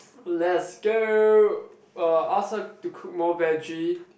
let's go uh ask her to cook more vege